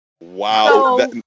Wow